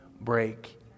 break